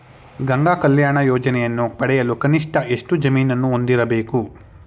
ಗಂಗಾ ಕಲ್ಯಾಣ ಯೋಜನೆಯನ್ನು ಪಡೆಯಲು ಕನಿಷ್ಠ ಎಷ್ಟು ಜಮೀನನ್ನು ಹೊಂದಿರಬೇಕು?